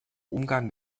umgang